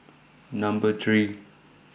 Number three